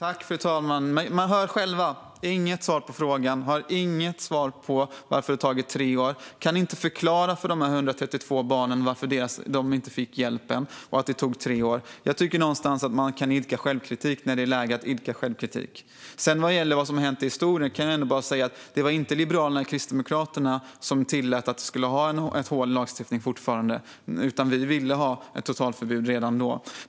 Fru talman! Man hör själv - inget svar på frågan och inget svar på varför det har tagit tre år. Kan ni inte förklara för de 132 barnen varför de inte fick hjälp, Elin Lundgren, och varför det tog tre år? Jag tycker att man kan idka självkritik när det är läge att göra det. Vad gäller det som har hänt i historien kan jag säga att det inte var Liberalerna eller Kristdemokraterna som tillät att vi skulle fortsätta att ha ett hål i lagstiftningen. Vi ville ha ett totalförbud redan då.